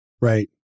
Right